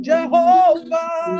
Jehovah